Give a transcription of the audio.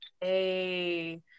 Hey